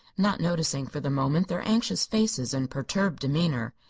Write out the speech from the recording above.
not noticing for the moment their anxious faces and perturbed demeanor.